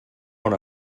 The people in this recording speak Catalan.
bon